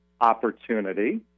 opportunity